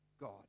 god